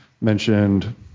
mentioned